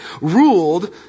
ruled